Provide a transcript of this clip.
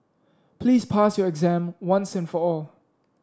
please pass your exam once and for all